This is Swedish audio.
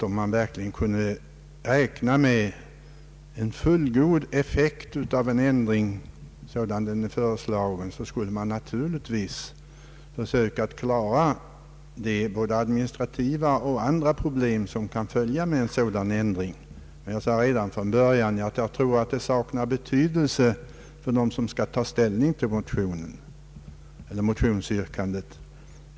Om man verkligen kunde räkna med en fullgod effekt av den föreslagna ändringen, så skulle man naturligtvis försöka klara av både administrativa och övriga problem, som kan medfölja en sådan ändring. Men jag ansåg redan från början att det saknar betydelse för dem som skall ta ställning till motionsyrkandet.